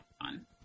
on